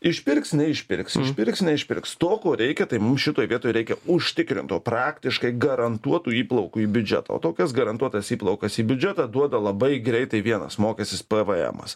išpirks neišpirks išpirks neišpirks to ko reikia tai mums šitoj vietoj reikia užtikrinto praktiškai garantuotų įplaukų į biudžetą o tokias garantuotas įplaukas į biudžetą duoda labai greitai vienas mokestis pavaemas